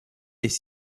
des